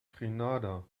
grenada